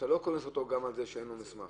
אתה לא קונס אותו גם על זה שאין לו מסמך.